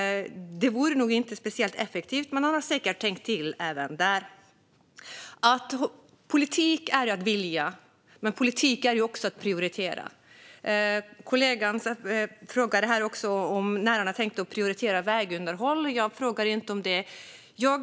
Det vore nog inte speciellt effektivt, men han har säkert tänkt till även där. Politik är att vilja, men politik är också att prioritera. Kollegan frågade också när ministern har tänkt prioritera vägunderhåll, men jag frågar inte om det.